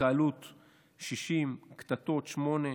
התקהלות והתאגדות, 60, קטטות, שמונה,